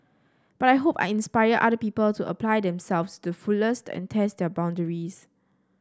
but I hope I inspire other people to apply themselves to fullest and test their boundaries